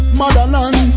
motherland